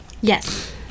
yes